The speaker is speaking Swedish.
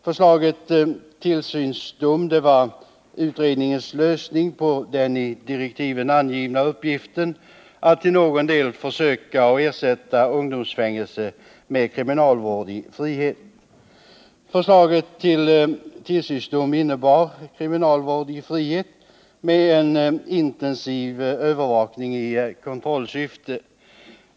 Förslaget om tillsynsdom var utredningens förslag till lösning av den i direktiven angivna uppgiften att till någon del försöka ersätta ungdomsfängelse med kriminalvård i frihet. Förslaget om tillsynsdom innebar kriminalvård i frihet med en intensiv övervakning i kontrollsyfte.